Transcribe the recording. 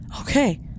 okay